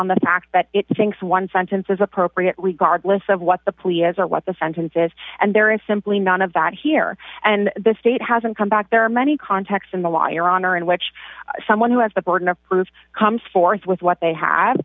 on the fact that it thinks one sentence is appropriate regard lists of what the plea as or what the sentences and there is simply none of that here and the state hasn't come back there are many contexts in the law your honor in which someone who has the burden of proof comes forth with what they have